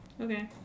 Okay